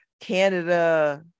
Canada